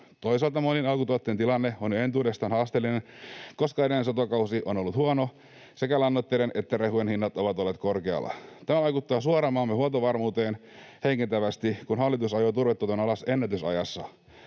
Toisaalta monien alkutuottajien tilanne on jo entuudestaan haasteellinen, koska edellinen satokausi on ollut huono ja sekä lannoitteiden että rehujen hinnat ovat olleet korkealla. Tämä vaikuttaa maamme huoltovarmuuteen suoraan heikentävästi, kun hallitus ajoi turvetuotannon alas ennätysajassa.